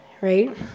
right